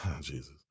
Jesus